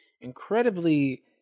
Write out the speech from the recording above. incredibly